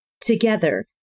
together